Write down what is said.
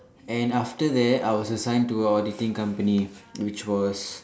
and after that I was assigned to a auditing company which was